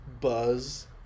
buzz